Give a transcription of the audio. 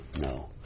no